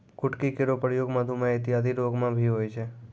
कुटकी केरो प्रयोग मधुमेह इत्यादि रोग म भी होय छै